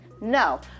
No